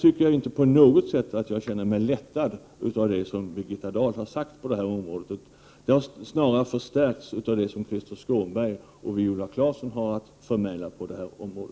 På den punkten känner jag mig inte på något sätt lättad av vad Birgitta Dahl har sagt. Oron har snarast förstärkts av det Krister Skånberg och Viola Claesson har förmedlat på detta område.